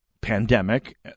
pandemic